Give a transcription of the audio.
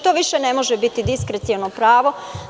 To više ne može biti diskreciono pravo.